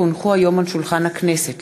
כי הונחו היום על שולחן הכנסת,